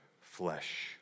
flesh